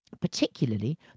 particularly